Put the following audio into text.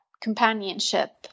companionship